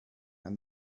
and